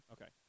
Okay